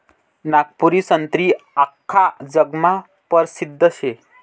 नागपूरनी संत्री आख्खा जगमा परसिद्ध शे